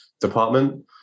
department